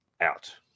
out